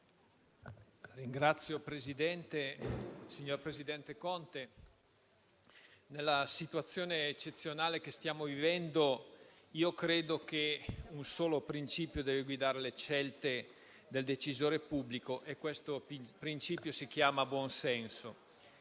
(SVP-PATT, UV))*. Signor Presidente, nella situazione eccezionale che stiamo vivendo, io credo che un solo principio debba guidare le scelte del decisore pubblico e questo principio si chiama buon senso.